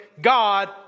God